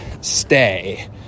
stay